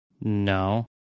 No